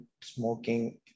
smoking